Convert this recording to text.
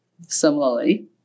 similarly